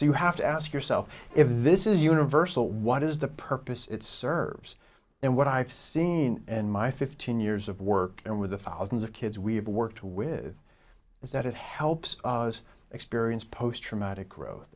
so you have to ask yourself if this is universal what is the purpose it serves and what i've seen in my fifteen years of work and with the thousands of kids we've worked with is that it helps us experience post traumatic growth